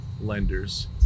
lenders